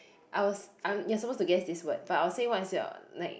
I was I'm you're supposed to guess this word but I'll say what's your like